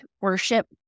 Worship